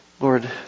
Lord